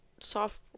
Soft